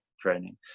training